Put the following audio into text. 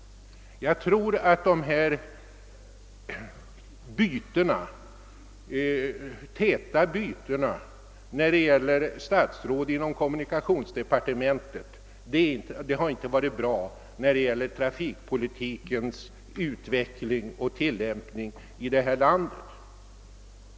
De täta bytena av statsråd på kommunikationsdepartementet tror jag inte har varit bra för trafikpolitikens utveckling och tillämpning i det här landet.